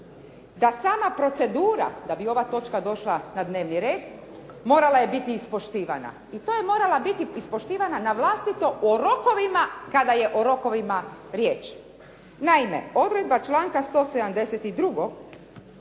da sama procedura da bi ova točka došla na dnevni red morala je biti ispoštivana na vlastito o rokovima kada je o rokovima riječ. Naime, odredba članak 172.